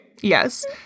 yes